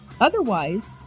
Otherwise